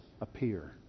appear